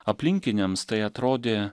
aplinkiniams tai atrodė